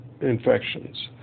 infections